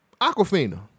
Aquafina